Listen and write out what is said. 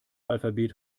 alphabet